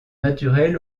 naturel